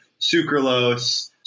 sucralose